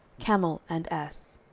camel and ass.